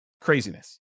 craziness